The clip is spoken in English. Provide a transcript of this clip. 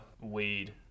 weed